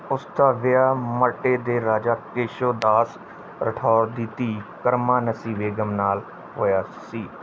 ਉਸ ਦਾ ਵਿਆਹ ਮਟੇ ਦੇ ਰਾਜਾ ਕੇਸ਼ੋ ਦਾਸ ਰਾਠੌਰ ਦੀ ਧੀ ਕਰਮਾਨਸੀ ਬੇਗਮ ਨਾਲ ਹੋਇਆ ਸੀ